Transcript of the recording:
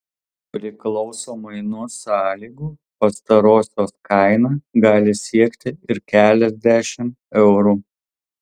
priklausomai nuo sąlygų pastarosios kaina gali siekti ir keliasdešimt eurų